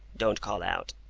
don't call out!